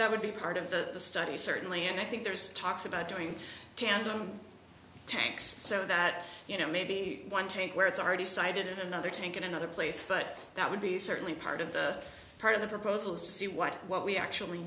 that would be part of the study certainly and i think there's talks about doing tandem tanks so that you know maybe one tank where it's already cited another tank in another place but that would be certainly part of the part of the proposal to see what what we actually